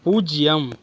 பூஜ்யம்